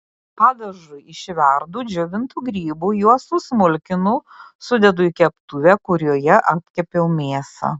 padažui išverdu džiovintų grybų juos susmulkinu sudedu į keptuvę kurioje apkepiau mėsą